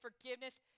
forgiveness